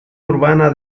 urbana